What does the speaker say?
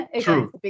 true